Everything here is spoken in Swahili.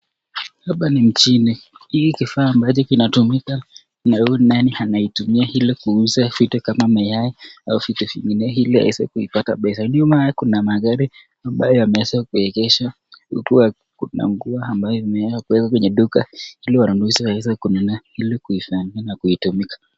Hapa ni nchini, hii kifaa ambayo inatumikakuna huyu anaye itumia ili kuuza vitu kama mayai au vitu vingine ili aweze kupata pesa, nyuma yake kuna magari ambayo yameeza kuegeshwa huku kuna nguo ambayo wekwa kwenye duka, ili wanunuzi waweze kununua ili kuifurahia na kutumika.